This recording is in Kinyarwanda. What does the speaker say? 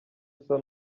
usa